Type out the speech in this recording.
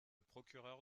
procureur